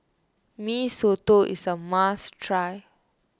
Mee Soto is a must try